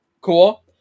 cool